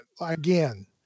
again